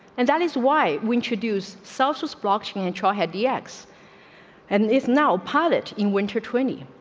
and that is why we introduce self destruction yeah and try had the x and is now pollitt in winter twenty.